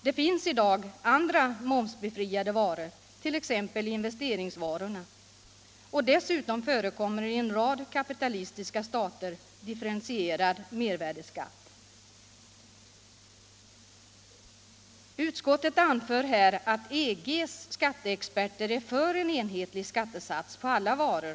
Det finns i dag andra momsbefriade varor, t.ex. investeringsvarorna. Och dessutom förekommer i en rad kapitalistiska stater differentierad mervärdeskatt. Utskottet anför här att EG:s skatteexperter är för en enhetlig skattesats på alla varor.